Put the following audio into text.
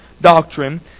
doctrine